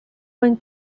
when